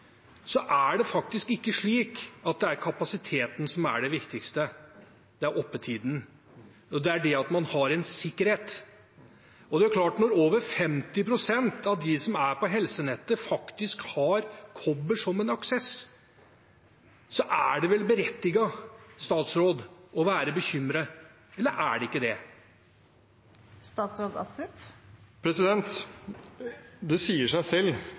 er det faktisk ikke slik at det er kapasiteten som er det viktigste, det er oppetiden. Det er det at man har en sikkerhet. Og når over 50 pst. av de som er på helsenettet, faktisk har kobber som en aksess, er det vel berettiget, statsråd, å være bekymret. Eller er det ikke det? Det sier seg selv